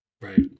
Right